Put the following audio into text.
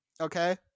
Okay